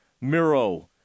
Miro